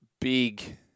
big